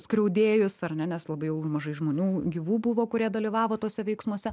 skriaudėjus ar ne nes labai jau mažai žmonių gyvų buvo kurie dalyvavo tuose veiksmuose